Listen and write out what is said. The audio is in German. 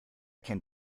kennt